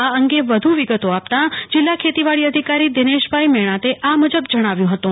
આ અંગે વ્ધુ વિગતો આપતા જિલ્લા ખેતીવાડી અધિકારી દિનેશભાઈ મેણાતે આ મૂજબ જણાવ્યું હતું